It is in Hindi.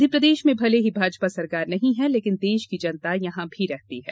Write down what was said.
मध्यप्रदेश में भर्ल ही भाजपा सरकार नहीं है लेकिन देश की जनता यहां भी रहती है